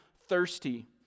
thirsty